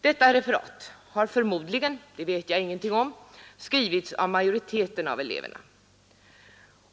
Detta referat har förmodligen — det vet jag ingenting om — skrivits av majoriteten av eleverna.